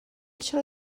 چرا